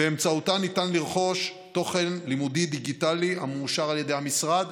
ובאמצעותה ניתן לרכוש תוכן לימודי דיגיטלי המאושר על ידי המשרד